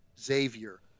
Xavier